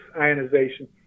ionization